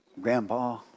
grandpa